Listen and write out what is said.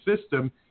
system